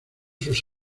sus